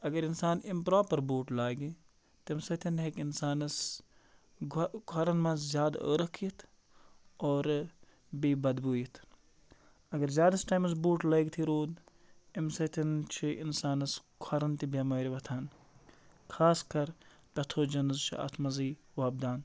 اگر اِنسان اِمپرٛاپَر بوٗٹھ لاگہِ تَمہِ سۭتۍ ہیٚکہِ اِنسانَس گۄ کھۄرَن منٛز زیادٕ ٲرَکھ یِتھ اور بیٚیہِ بَدبوٗ یِتھ اگر زیادَس ٹایمَس بوٗٹھ لٲگتھٕے روٗد اَمہِ سۭتٮ۪ن چھُ اِنسانَس کھۄرَن تہِ بٮ۪مٲرۍ وۄتھان خاص کَر پیتھوجَنٕز چھِ اَتھ منٛزٕے وۄپدان